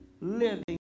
living